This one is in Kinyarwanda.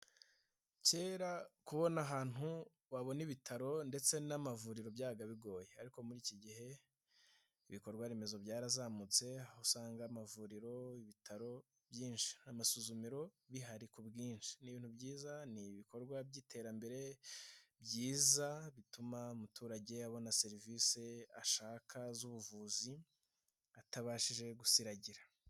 Kera kubona ahantu wabona ibitaro ndetse n'amavuriro byabaga bigoye ariko muri iki gihe ibikorwa remezo byarazamutse aho usanga amavuriro, ibitaro byinshi ,amasuzumiro bihari ku bwinshi ni ibintu byiza ni ibikorwa by'iterambere byiza bituma umuturage abona serivisi ashaka z'ubuvuzi atabashije gusiragira.